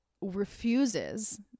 refuses